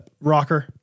rocker